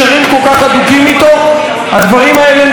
הדברים האלה נמצאים היום בחקירת משטרה.